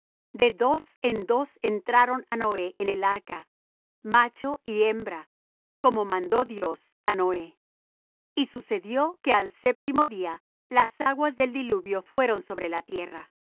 de dos en dos entraron á noé en el arca macho y hembra como mandó dios á noé y sucedió que al séptimo día las aguas del diluvio fueron sobre la tierra el